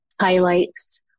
highlights